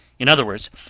in other words,